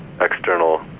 external